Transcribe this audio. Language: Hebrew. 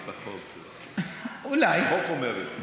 זה בחוק, החוק אומר את זה.